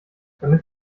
damit